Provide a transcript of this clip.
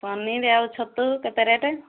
ପନିର ଆଉ ଛତୁ କେତେ ରେଟ୍